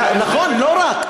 נכון, לא רק.